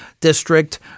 district